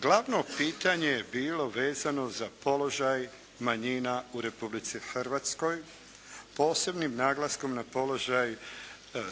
glavno pitanje je bilo vezano za položaj manjina u Republici Hrvatskoj, posebnim naglaskom položaj